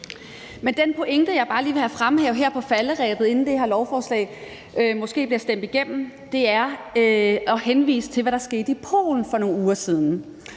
Den pointe, jeg bare lige vil have fremhævet her på falderebet, inden det her lovforslag måske bliver stemt igennem, er at henvise til, hvad der skete i Polen for nogle uger siden.